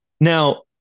Now